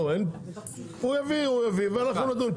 הוא יביא ואנחנו נדון.